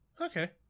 Okay